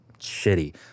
shitty